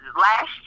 Last